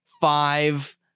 five